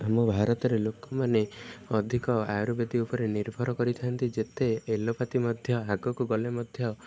ଆମ ଭାରତରେ ଲୋକମାନେ ଅଧିକ ଆୟୁର୍ବେଦିକ ଉପରେ ନିର୍ଭର କରିଥାନ୍ତି ଯେତେ ଏଲୋପାଥି ମଧ୍ୟ ଆଗକୁ ଗଲେ ମଧ୍ୟ